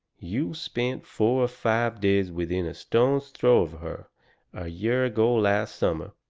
you spent four or five days within a stone's throw of her a year ago last summer,